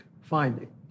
finding